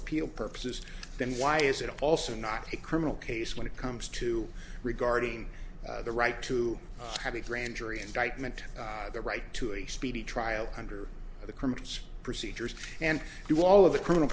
appeal purposes then why is it also not a criminal case when it comes to regarding the right to have a grand jury indictment the right to a speedy trial under the criminal procedures and do all of the criminal